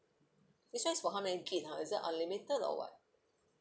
this [one] is for how many gig ah is it unlimited or what